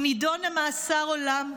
הוא נידון למאסר עולם.